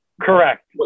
Correct